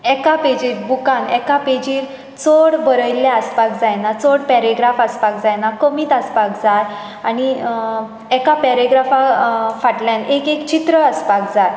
एका पेजीर बुकान एका पेजीर चड बरयल्लें आसपाक जायना चड पेरेग्राफ आसपाक जायना कमीत आसपाक जाय आनी एका पेरेग्राफा फाटल्यान एक एक चीत्र आसपाक जाय